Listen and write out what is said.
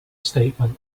statement